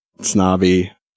snobby